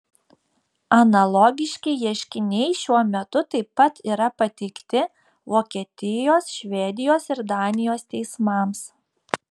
analogiški ieškiniai šiuo metu taip pat yra pateikti vokietijos švedijos ir danijos teismams